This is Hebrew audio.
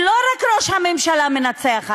שלא רק ראש הממשלה מנצח עליה,